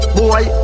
Boy